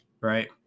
right